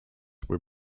were